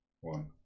one